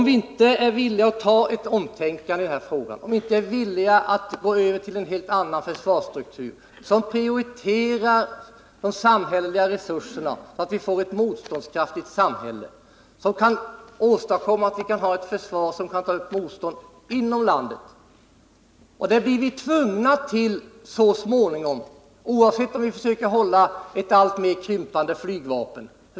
Vi måste vara villiga att tänka om i denna fråga och att gå in för en helt förändrad försvarsstruktur, som prioriterar de samhälleliga resurserna, så att vi får ett motståndskraftigt samhälle, som kan åstadkomma ett försvar vilket kan sätta sig till motvärn inom landet. Det blir vi ändå så småningom tvungna till, oavsett om vi försöker hålla oss med ett — alltmer krympande — flygvapen.